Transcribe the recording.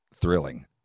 thrilling